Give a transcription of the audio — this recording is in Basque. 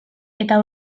eta